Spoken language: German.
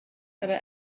aber